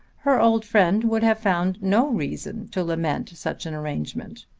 her old friend would have found no reason to lament such an arrangement.